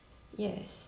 yes